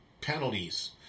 penalties